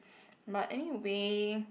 but anyway